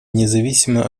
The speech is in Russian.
независимо